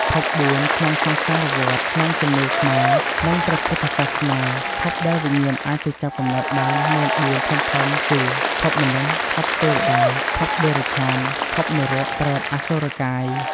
ភព៤ក្នុងសង្សារវដ្ដ ក្នុងជំនឿខ្មែរ និងព្រះពុទ្ធសាសនា ភពដែលវិញ្ញាណអាចទៅចាប់កំណើតបានមាន៤ធំៗគឺ ភពមនុស្ស ភពទេវតា ភពតិរច្ឆាន ភពនរក ប្រេត អសុរកាយ។